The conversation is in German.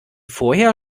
vorher